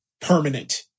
permanent